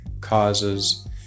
causes